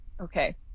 Okay